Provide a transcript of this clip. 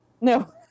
No